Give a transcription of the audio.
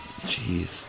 Jeez